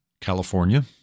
California